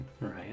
right